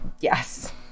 yes